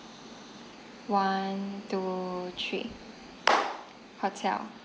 one two three hotel